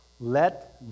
let